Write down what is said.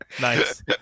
nice